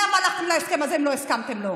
למה הלכתם להסכם הזה אם לא הסכמתם לו?